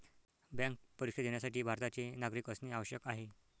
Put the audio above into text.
bank परीक्षा देण्यासाठी भारताचे नागरिक असणे आवश्यक आहे